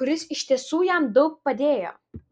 kuris iš tiesų jam daug padėjo